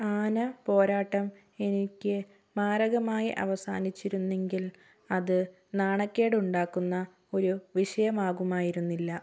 ആന പോരാട്ടം എനിക്ക് മാരകമായി അവസാനിച്ചിരുന്നെങ്കിൽ അത് നാണക്കേടുണ്ടാക്കുന്ന ഒരു വിഷയമാകുമായിരുന്നില്ല